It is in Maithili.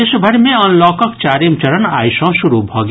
देश भरि मे अनलॉकक चारिम चरण आइ सँ शुरू भऽ गेल